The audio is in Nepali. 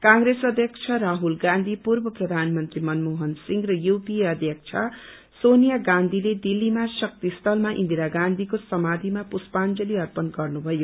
कंग्रेस अध्यक्ष राहुल गाँधी पूर्व प्रधानमन्त्री मनमोहन सिंह र यूपीए अध्यक्ष सोनिया गाँधीले दिल्लीमा शक्ति स्थलमा इन्दिरा गाँधीको समाधीमा पुष्पांजलि अर्पण गर्नु भयो